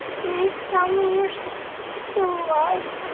please tell me you're so still alive